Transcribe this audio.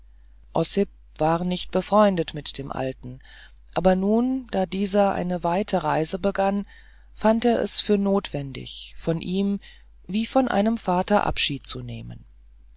war nicht befreundet mit dem alten aber nun da er diese weite reise begann fand er es für notwendig von ihm wie von einem vater abschied zu nehmen